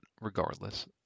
regardless